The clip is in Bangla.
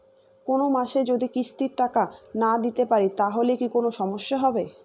কোনমাসে যদি কিস্তির টাকা না দিতে পারি তাহলে কি কোন সমস্যা হবে?